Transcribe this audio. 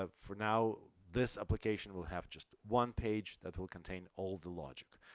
ah for now, this application will have just one page that will contain all the logic.